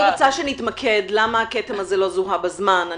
אני רוצה שנתמקד בשאלה למה הכתם הזה לא זוהה בזמן,